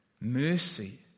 Mercy